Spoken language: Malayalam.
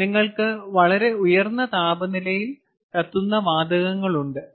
നിങ്ങൾക്ക് വളരെ ഉയർന്ന താപനിലയിൽ കത്തുന്ന വാതകങ്ങളുണ്ട്